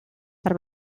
per